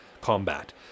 combat